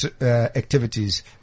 activities